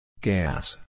Gas